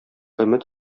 өмет